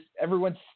everyone's